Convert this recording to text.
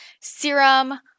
Serum